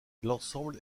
l’ensemble